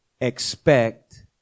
expect